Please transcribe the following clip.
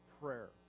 prayer